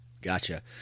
Gotcha